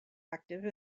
active